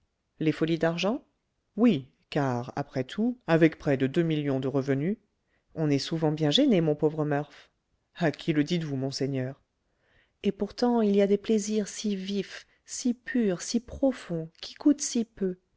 les folies d'argent oui car après tout avec près de deux millions de revenu on est souvent bien gêné mon pauvre murph à qui le dites-vous monseigneur et pourtant il y a des plaisirs si vifs si purs si profonds qui coûtent si peu